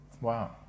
Wow